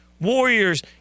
Warriors